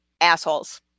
assholes